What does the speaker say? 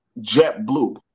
JetBlue